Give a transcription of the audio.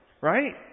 right